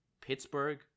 Pittsburgh